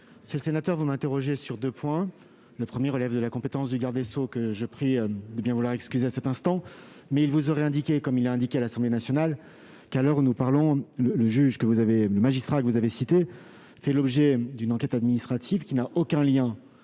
Monsieur le sénateur, vous interrogez le Gouvernement sur deux points. Le premier relève de la compétence de M. le garde des sceaux, dont je vous prie de bien vouloir excuser l'absence et qui vous aurait indiqué, comme il l'a fait à l'Assemblée nationale, que, à l'heure où nous parlons, le magistrat que vous avez cité fait l'objet d'une enquête administrative qui n'a aucun lien